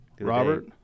Robert